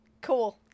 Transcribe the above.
Cool